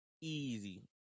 easy